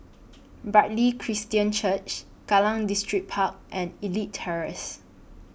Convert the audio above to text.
Bartley Christian Church Kallang Distripark and Elite Terrace